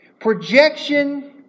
Projection